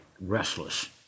restless